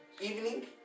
Evening